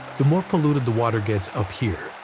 the more polluted the water gets up here,